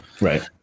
Right